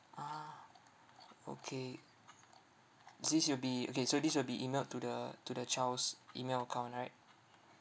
ah okay this will be okay so this will be emailed to the to the child's email account right